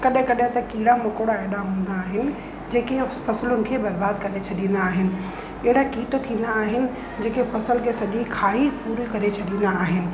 कॾहिं कॾहिं त कीड़ा मकोड़ा एॾा हुंदा आहिनि जेके फ़सुलुनि खे बर्बाद करे छॾींदा आहिनि अहिड़ा कीट थींदा आहिनि जेके फ़सुल खे सॼी खाई पूरो करे छॾींदा आहिनि